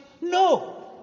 No